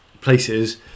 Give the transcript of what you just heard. places